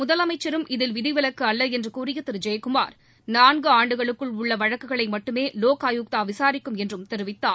முதலமைச்சரும் இதில் விதிவிலக்கு அல்ல என்று கூறிய திரு ஜெயக்குமார் நான்கு ஆண்டுகளுக்குள் உள்ள வழக்குகளை மட்டுமே லோக் ஆயுக்தா விசாரிக்கும் என்று தெரிவித்தார்